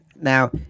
Now